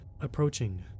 approaching